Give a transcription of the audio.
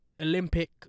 Olympic